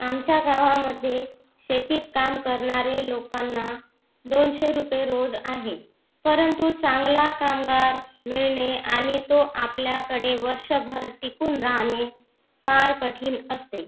आमच्या गावामध्ये शेतीत काम करणारे लोकांना दोनशे रुपये रोज आहे परंतु चांगला कामगार मिळणे आणि तो आपल्याकडे वर्षभर टिकून राहणे फार कठीण असते